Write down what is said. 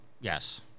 yes